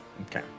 Okay